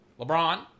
LeBron